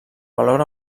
valor